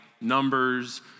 numbers